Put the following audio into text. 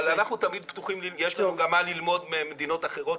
אנחנו תמיד פתוחים וללא ספק יש לנו גם מה ללמוד ממדינות אחרות.